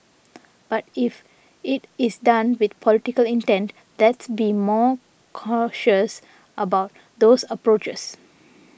but if it is done with political intent let's be more cautious about those approaches